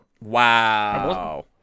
Wow